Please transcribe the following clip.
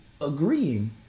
agreeing